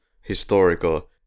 historical